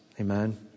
Amen